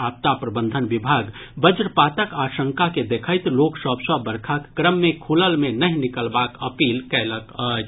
आपदा प्रबंधन विभाग वज्रपातक आशंका के देखैत लोक सभ सँ बरखाक क्रम मे खुलल मे नहि निकलबाक अपील कयलक अछि